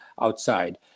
outside